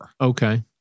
Okay